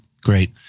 great